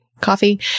coffee